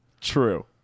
True